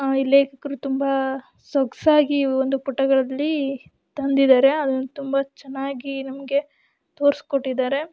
ಈ ಲೇಖಕರು ತುಂಬ ಸೊಗಸಾಗಿ ಒಂದು ಪುಟಗಳಲ್ಲಿ ತಂದಿದ್ದಾರೆ ಅದನ್ನು ತುಂಬ ಚೆನ್ನಾಗಿ ನಮಗೆ ತೋರ್ಸ್ಕೊಟ್ಟಿದ್ದಾರೆ